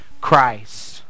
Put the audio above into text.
Christ